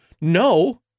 No